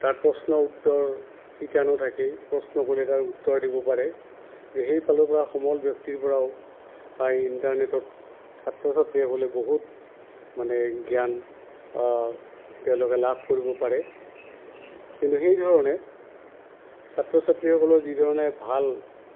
তাত প্ৰশ্ন উত্তৰ শিতানো থাকে প্ৰশ্ন কৰিলে তাৰ উত্তৰ দিব পাৰে সেইফালৰ পৰা সমল ব্যক্তিৰ পৰাও ইণ্টাৰনেটত ছাত্ৰ ছাত্ৰীসকলে বহুত মানে জ্ঞান তেওঁলোকে লাভ কৰিব পাৰে কিন্তু সেইধৰণে ছাত্ৰ ছাত্ৰীসকলৰ যিধৰণে ভাল